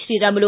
Sriramulu